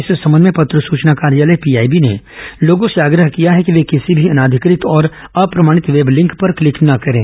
इस संबंध में पत्र सचना कार्यालय पीआईबी ने लोगों से आग्रह किया है कि वे किसी भी अनाधिकृत और अप्रमाणित वेब लिंक पर क्लिंक न करें